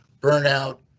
burnout